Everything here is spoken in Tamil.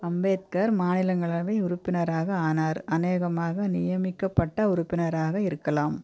அம்பேத்கர் மாநிலங்களவை உறுப்பினராக ஆனார் அநேகமாக நியமிக்கப்பட்ட உறுப்பினராக இருக்கலாம்